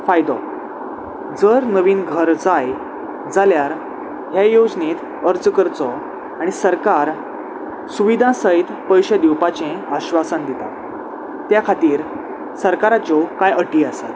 फायदो जर नवीन घर जाय जाल्यार हे योजनेंत अर्ज करचो आनी सरकार सुविधा सयत पयशे दिवपाचें आश्वासान दितात त्या खातीर सरकाराच्यो कांय अटी आसात